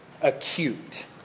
acute